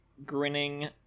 grinning